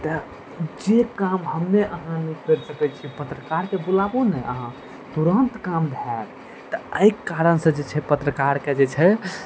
तएऽ जे काम हम्मे आहाँ नहि कैरि सकैत छियै पत्रकारके बुलाबू ने अहाँ तुरन्त काम होएत तऽ एहि कारण से जे छै पत्रकारके जे छै